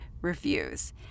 refuse